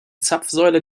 zapfsäule